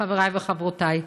חבריי וחברותיי,